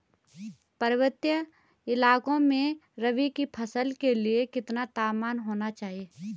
पर्वतीय इलाकों में रबी की फसल के लिए कितना तापमान होना चाहिए?